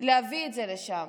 להביא את זה אליהן.